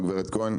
גברת כהן.